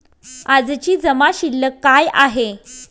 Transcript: आजची जमा शिल्लक काय आहे?